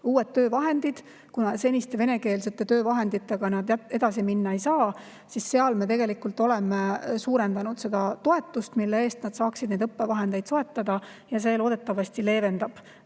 uued töövahendid, kuna seniste venekeelsete töövahenditega nad edasi minna ei saa. Seal me tegelikult oleme suurendanud seda toetust, mille eest nad saaksid neid õppevahendeid soetada, ja see loodetavasti leevendab